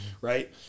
right